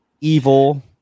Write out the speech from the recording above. evil